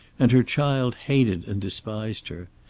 and her child hated and despised her.